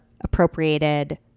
appropriated